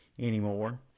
anymore